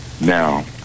Now